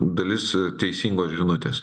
dalis teisingos žinutės